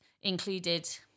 Included